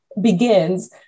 begins